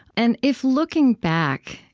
and, if looking back,